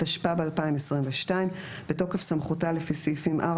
התשפ"ב-2022 בתוקף סמכותה לפי סעיפים 4,